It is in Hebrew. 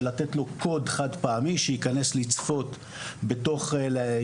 לתת לו קוד חד פעמי שייכנס לצפייה בהרצאה,